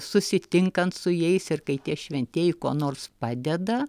susitinkant su jais ir kai tie šventieji kuo nors padeda